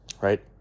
right